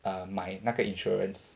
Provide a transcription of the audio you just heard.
uh 买那个 insurance